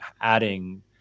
adding